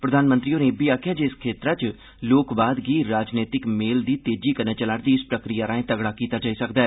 प्रधानमंत्री होरें इब्बी आक्खेआ जे इस क्षेत्रै च लोकवाद गी राजनैतिक मेल दी तेजी कन्नै चलै रदी इक प्रक्रिया राहें तगड़ा कीता जाई सकदा ऐ